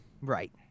Right